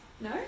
No